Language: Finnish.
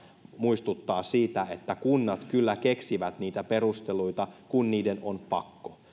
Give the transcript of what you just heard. muistuttaa siitä että kunnat kyllä keksivät niitä perusteluita kun niiden on pakko